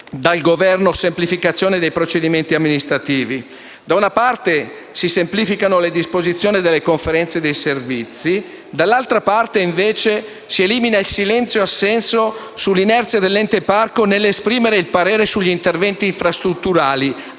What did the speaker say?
dal Governo semplificazione dei procedimenti amministrativi? Da una parte si semplificano le disposizioni della conferenza di servizi; dall'altra parte, invece, si elimina il silenzio assenso sull'inerzia dell'Ente parco nell'esprimere il parere sugli interventi infrastrutturali,